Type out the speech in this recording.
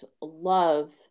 love